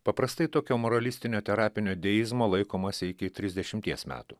paprastai tokio moralistinio terapinio deizmo laikomasi iki trisdešimties metų